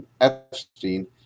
Epstein